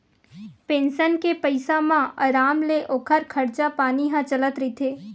pension के पइसा म अराम ले ओखर खरचा पानी ह चलत रहिथे